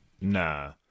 Nah